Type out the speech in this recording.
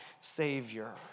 Savior